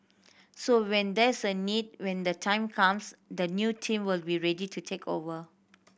so when there's a need when the time comes the new team will be ready to take over